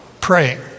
praying